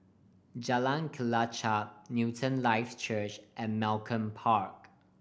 Jalan Kelichap Newton Life Church and Malcolm Park